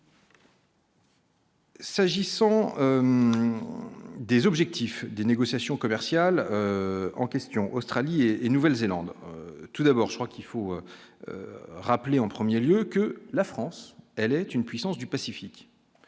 S'agissant des objectifs des négociations commerciales en question, Australie et Nouvelle-Zélande tout d'abord, je crois qu'il faut rappeler en 1er lieu que la France, elle est une puissance du Pacifique,